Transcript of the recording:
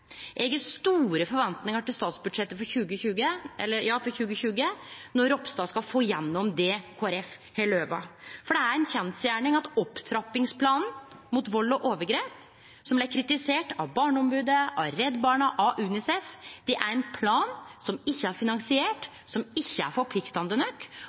Eg har store forventningar til statsbudsjettet for 2020, når Ropstad skal få igjennom det Kristeleg Folkeparti har lova, for det er ei kjensgjerning at opptrappingsplanen mot vald og overgrep, som blei kritisert av Barneombodet, Redd Barna og Unicef, er ein plan som ikkje er finansiert, som ikkje er forpliktande nok.